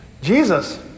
Jesus